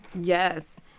Yes